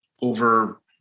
over